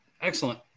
Excellent